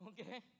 Okay